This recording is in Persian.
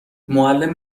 معلم